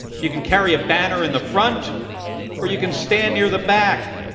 you can carry a banner in the front or you can stand near the back.